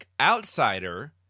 outsider